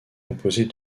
composées